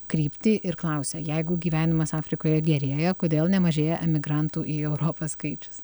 kryptį ir klausia jeigu gyvenimas afrikoje gerėja kodėl nemažėja emigrantų į europą skaičius